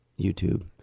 YouTube